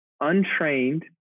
untrained